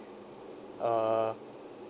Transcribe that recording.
uh